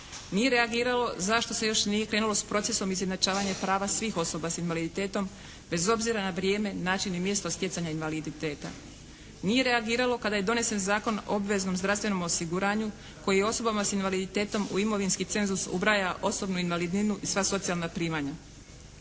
Nije reagiralo zašto se još nije krenulo s procesom izjednačavanja prava svih osoba s invaliditetom bez obzira na vrijeme, način i mjesto stjecanja invaliditeta. Nije reagiralo kada je donesen Zakon o obveznom zdravstvenom osiguranju koji je osobama s invaliditetom u imovinski cenzus ubraja osobnu invalidninu i sva socijalna primanja.